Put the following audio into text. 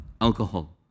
alcohol